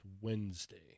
wednesday